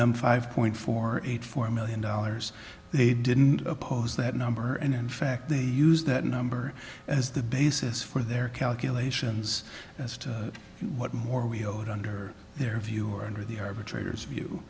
them five point four eight four million dollars they didn't oppose that number and in fact they used that number as the basis for their calculations as to what more we owed under their view or under the arbitrator's view